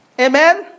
Amen